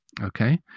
okay